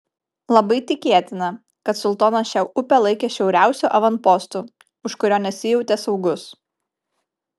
labai tikėtina kad sultonas šią upę laikė šiauriausiu avanpostu už kurio nesijautė saugus